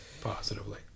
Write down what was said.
positively